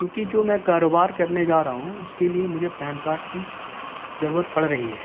کیونکہ جو میں کاروبار کرنے جا رہا ہوں اس کے لیے مجھے پین کارڈ کی ضرورت پڑ رہی ہے